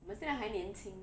我们现在还年轻